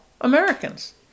Americans